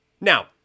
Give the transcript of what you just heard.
Now